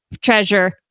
treasure